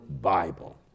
Bible